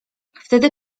wtedy